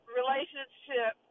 relationship